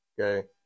okay